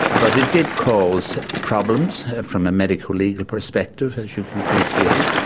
but it did cause problems from a medical-legal perspective, as you can appreciate.